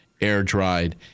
air-dried